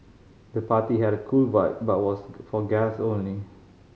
the party had a cool vibe but was for guest only